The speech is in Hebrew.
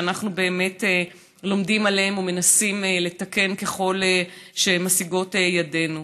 ואנחנו באמת לומדים עליהן ומנסים לתקן ככל שמשיגות ידינו.